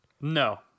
No